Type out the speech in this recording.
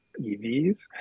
EVs